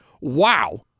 wow